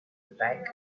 back